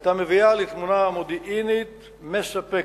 היתה מביאה לתמונה מודיעינית מספקת.